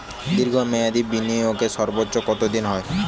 দীর্ঘ মেয়াদি বিনিয়োগের সর্বোচ্চ কত দিনের হয়?